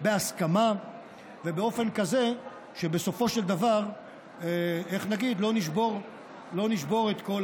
בהסכמה ובאופן כזה שבסופו של דבר לא נשבור את כל